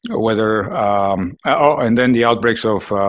whether ah and then the outbreaks of